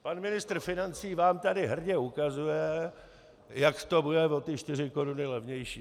Pan ministr financí vám tady hrdě ukazuje, jak to bude o ty 4 koruny levnější.